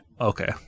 Okay